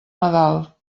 nadal